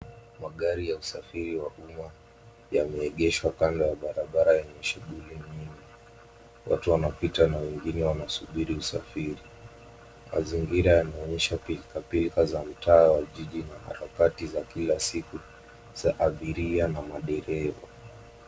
Magari ya usafiri wa umma, yameegeshwa kando ya barabara yenye shughuli nyingi. Watu wanapita na wengine wanasubiri usafiri. Mazingira yanaonyesha pilkapilka za mtaa wa jiji na harakati za kila siku, za abiria na madereva.